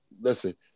listen